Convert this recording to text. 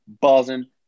buzzing